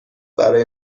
برای